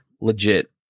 legit